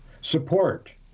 support